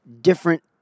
different